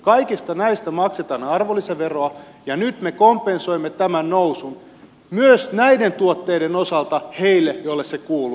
kaikista näistä maksetaan arvonlisäveroa ja nyt me kompensoimme tämän nousun myös näiden tuotteiden osalta heille joille se kuuluu